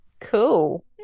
Cool